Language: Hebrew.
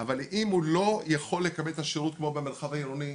אבל אם הוא לא יכול לקבל את השירות כמו במרחב העירוני,